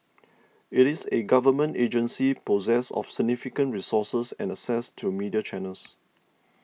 it is a Government agency possessed of significant resources and access to media channels